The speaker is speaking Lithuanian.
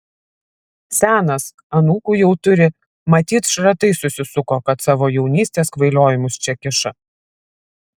senas anūkų jau turi matyt šratai susisuko kad savo jaunystės kvailiojimus čia kiša